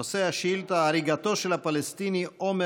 נושא השאילתה: הריגתו של הפלסטיני עומר